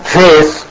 faith